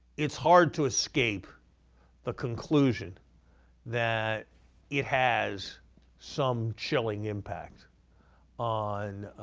it's hard to escape the conclusion that it has some chilling impact on